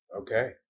Okay